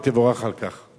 ותבורך על כך.